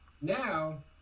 Now